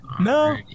No